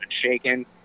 shaken